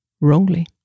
wrongly